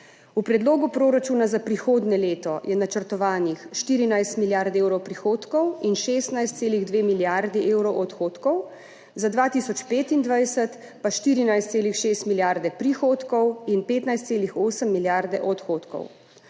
V predlogu proračuna za prihodnje leto je načrtovanih 14 milijard evrov prihodkov in 16,2 milijardi evrov odhodkov, za 2025 pa 14,6 milijarde prihodkov in 15,8 milijarde odhodkov.